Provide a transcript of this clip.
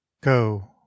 go